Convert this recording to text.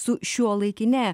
su šiuolaikine